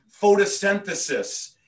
photosynthesis